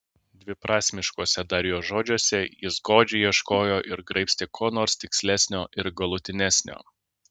dviprasmiškuose dar jo žodžiuose jis godžiai ieškojo ir graibstė ko nors tikslesnio ir galutinesnio